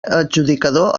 adjudicador